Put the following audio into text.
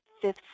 fifth